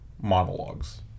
monologues